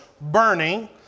burning